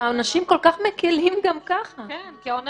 העונשים גם ככה כל כך מקילים.